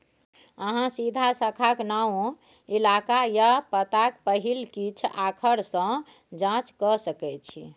अहाँ सीधा शाखाक नाओ, इलाका या पताक पहिल किछ आखर सँ जाँच कए सकै छी